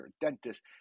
dentist